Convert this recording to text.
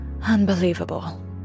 Unbelievable